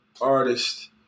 artist